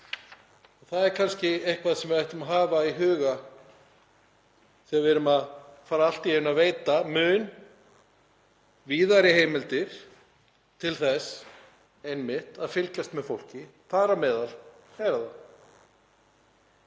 Það er kannski eitthvað sem við ættum að hafa í huga þegar við erum allt í einu að fara að veita mun víðari heimildir til þess að fylgjast með fólki, þar á meðal hlera það.